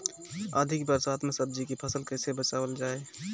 अधिक बरसात में सब्जी के फसल कैसे बचावल जाय?